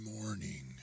morning